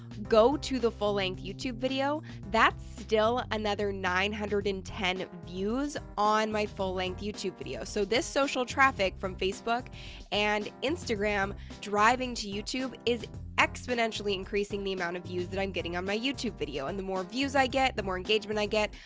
go to the full length youtube video, that's still another nine hundred and ten views on my full length youtube video. so this social traffic from facebook and instagram driving to youtube is exponentially increasing the amount of views that i'm getting on my youtube video, and the more views i get, the more engagement i get,